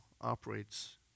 operates